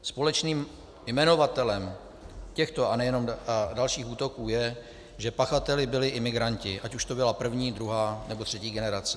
Společným jmenovatelem těchto a dalších útoků je, že pachateli byli imigranti, ať už to byla první, druhá, nebo třetí generace.